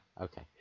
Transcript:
Okay